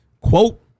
quote